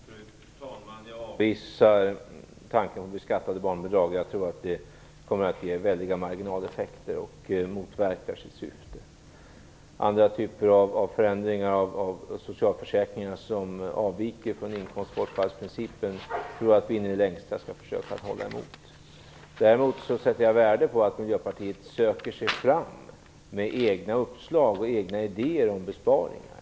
Fru talman! Jag avvisar tanken om ett beskattat barnbidrag. Jag tror att det skulle ge väldiga marginaleffekter och motverka sitt syfte. Andra förändringar av socialförsäkringarna som avviker från inkomstbortfallsprincipen tror jag att vi in i det längsta skall försöka hålla oss ifrån. Däremot sätter jag värde på att Miljöpartiet söker sig fram med egna uppslag och idéer om besparingar.